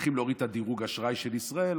שהולכים להוריד את דירוג האשראי של ישראל,